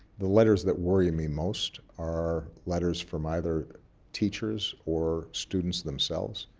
the letters that worry me most are letters from either teachers or students themselves,